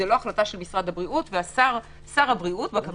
זו לא החלטה של משרד הבריאות, ושר הבריאות התנגד.